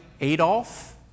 Adolf